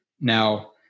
Now